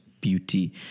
beauty